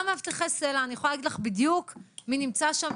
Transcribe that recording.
גם מאבטחי סל"ע אני יכולה להגיד לך בדיוק מי נמצא שם,